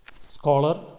Scholar